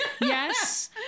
Yes